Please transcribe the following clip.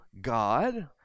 God